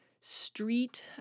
Street